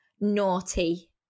naughty